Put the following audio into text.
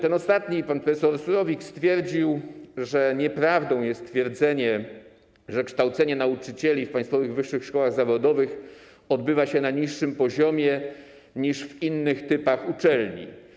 Ten ostatni, pan prof. Surowik stwierdził, że nieprawdą jest twierdzenie, że kształcenie nauczycieli w państwowych wyższych szkołach zawodowych odbywa się na niższym poziomie niż w innych typach uczelni.